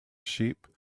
sheep